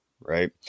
right